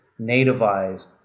nativize